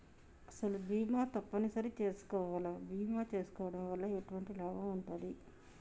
అసలు బీమా తప్పని సరి చేసుకోవాలా? బీమా చేసుకోవడం వల్ల ఎటువంటి లాభం ఉంటది?